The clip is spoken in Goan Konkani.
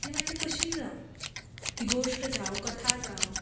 तीं मागीर कशींय जावं ती गोश्ट जावं कथा जावं